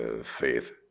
faith